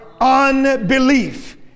unbelief